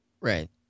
Right